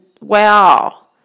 wow